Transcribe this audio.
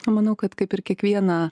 manau kad kaip ir kiekvieną